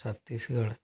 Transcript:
Chhattisgarh